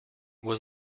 was